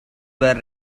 were